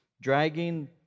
dragging